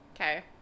Okay